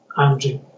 Andrew